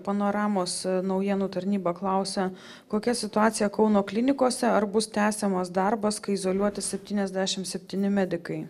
panoramos naujienų tarnyba klausia kokia situacija kauno klinikose ar bus tęsiamas darbas kai izoliuoti septyniasdešimt septyni medikai